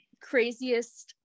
craziest